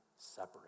separate